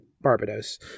Barbados